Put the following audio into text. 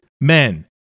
men